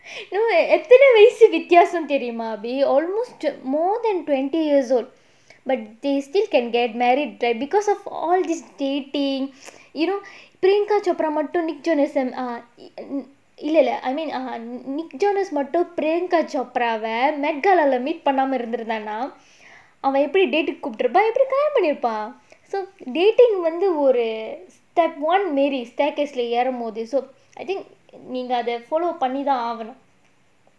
no வித்யாசம் தெரியுமா:vithyaasam theriyumaa erby almost more than twenty years old but they still can get married because of all this dating you know priyanka chopra மட்டும்:mattum nick jonas and err இல்ல இல்ல:illa illa I mean nick jonas மட்டும்:mattum priyanka chopra வா:vaa so dating கூப்டருப்பான் எப்படி கல்யாணம் பண்ணிருப்பான்:kooptruppaan epdi kalyanam panniruppaan step one marry ஏறும்போது:erumpothu so I think follow பண்ணிதான் ஆகணும்:pannithaan aaganum